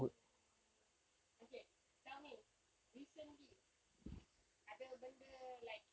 mm okay tell me recently ada benda like